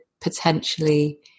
potentially